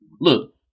look